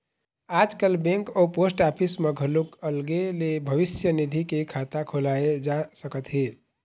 आजकाल बेंक अउ post office म घलोक अलगे ले भविस्य निधि के खाता खोलाए जा सकत हे